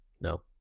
No